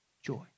Joy